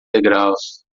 degraus